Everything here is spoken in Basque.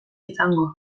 izango